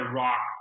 rock